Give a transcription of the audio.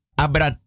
Abra